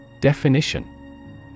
Definition